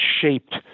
shaped